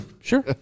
sure